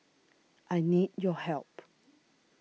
I need your help